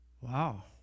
Wow